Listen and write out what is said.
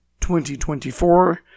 2024